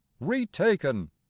retaken